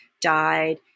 died